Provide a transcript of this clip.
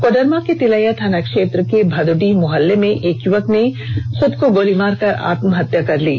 कोडरमा के तिलैया थाना क्षेत्र के भदोडीह मोहल्ले में एक युवक ने खुद को गोली मारकर आत्महत्या कर ली है